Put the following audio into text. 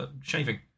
Shaving